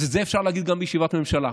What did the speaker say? אז את זה אפשר להגיד גם בישיבת ממשלה